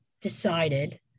decided